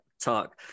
Talk